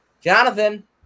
Jonathan